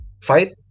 fight